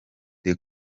the